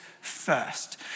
first